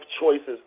choices